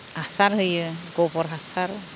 हासार होयो गोबोर हासार